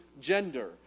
gender